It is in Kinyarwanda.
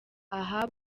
aha